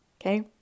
okay